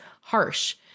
harsh